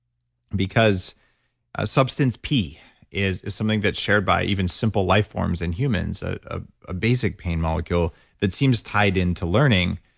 because substance p is is something that's shared by even simple life forms in humans, a ah ah basic pain molecule that seems tied into learning,